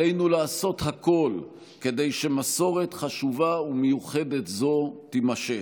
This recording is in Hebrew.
עלינו לעשות הכול כדי שמסורת חשובה ומיוחדת זו תימשך.